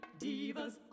divas